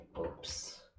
Oops